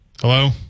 Hello